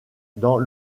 dans